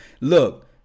look